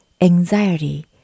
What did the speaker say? anxiety